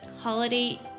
holiday